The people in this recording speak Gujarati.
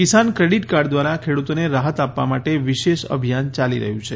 કિસાન ક્રેડિટ કાર્ડ દ્વારા ખેડુતોને રાહત આપવા માટે વિશેષ અભિયાન ચાલી રહ્યું છે